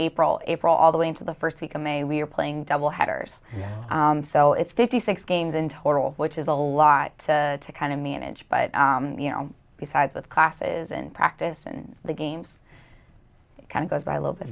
april april all the way into the first week of may we're playing double headers so it's fifty six games in total which is a lot to kind of manage but you know besides with classes in practice and the games kind of goes by i love that